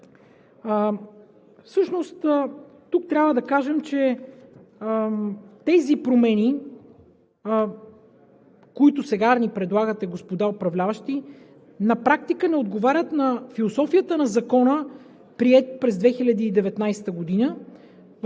Всъщност тук трябва да кажем, че тези промени, които сега ни предлагате, господа управляващи, на практика не отговарят на философията на Закона, приет през 2019 г.,